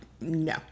No